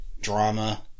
drama